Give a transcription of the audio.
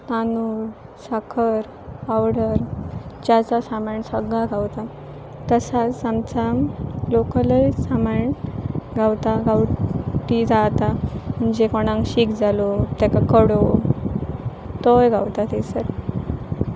तांदूळ साखर पावडर च्याचां सामान सगळां गावता तसांच आमचां लोकलय सामान गावता गांवठी जां आतां म्हणजे कोणाक शीक जालो तेका कडो तोय गावता थंयसर